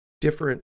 different